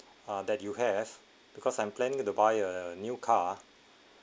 uh that you have because I'm planning to buy a new car